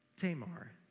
Tamar